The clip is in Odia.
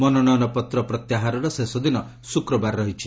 ମନୋନୟନ ପତ୍ର ପ୍ରତ୍ୟାହାରର ଶେଷ ଦିନ ଶୁକ୍ରବାର ରହିଛି